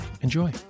enjoy